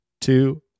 two